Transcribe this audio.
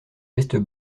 vestes